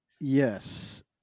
Yes